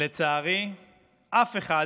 לצערי אף אחד